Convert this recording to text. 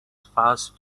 first